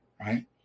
right